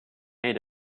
made